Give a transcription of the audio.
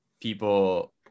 people